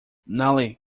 nelly